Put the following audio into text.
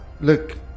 look